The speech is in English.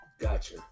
Gotcha